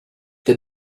the